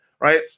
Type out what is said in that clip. right